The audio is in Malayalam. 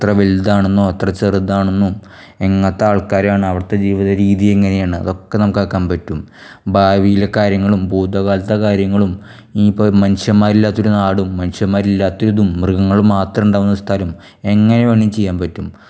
എത്ര വലുതാണെന്നോ എത്ര ചെറുതാണെന്നോ എങ്ങനത്തെ ആൾക്കാരാണ് അവിടത്തെ ജീവിത രീതി എങ്ങനെയാണ് അതൊക്കെ നമുക്കാക്കാൻ പറ്റും ഭാവിയിലെ കാര്യങ്ങളും ഭൂതകാലത്തെ കാര്യങ്ങളും ഇനിയിപ്പോൾ മനുഷ്യന്മാരില്ലാത്ത ഒരു നാടും മനുഷ്യന്മാരില്ലാത്തതും മൃഗങ്ങൾ മാത്രമുണ്ടാകുന്ന സ്ഥലം എങ്ങനെ വേണേലും ചെയ്യാൻ പറ്റും